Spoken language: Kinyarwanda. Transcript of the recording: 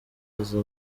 izo